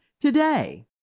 today